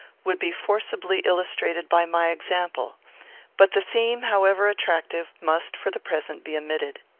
would be forcibly illustrated by my example but the theme, however attractive, must, for the present, be omitted.